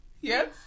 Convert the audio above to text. Yes